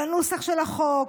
בנוסח של החוק,